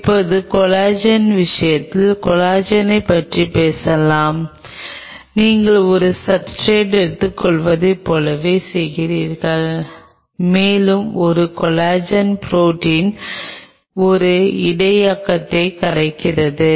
இப்போது கொலாஜன் விஷயத்தில் கொலாஜனைப் பற்றி பேசலாம் நீங்கள் ஒரு சப்ஸ்ர்டேட் எடுத்துக்கொள்வதைப் போலவே செய்கிறீர்கள் மேலும் ஒரு கொலாஜன் ப்ரோடீன்ஸ் ஒரு இடையகத்தில் கரைந்துவிடும்